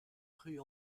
rue